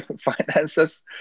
finances